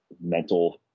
mental